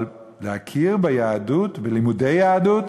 אבל להכיר ביהדות, בלימודי יהדות,